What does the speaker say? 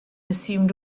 assumed